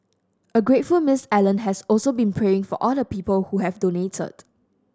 a grateful Miss Allen has also been praying for all the people who have donated